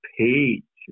page